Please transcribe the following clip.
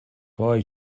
وای